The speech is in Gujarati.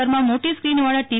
દરમાં મોટી સ્ક્રીનવાળા ટી